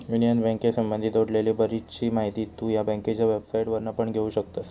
union बँकेसंबधी जोडलेली बरीचशी माहिती तु ह्या बँकेच्या वेबसाईटवरना पण घेउ शकतस